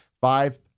Five